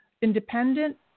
independent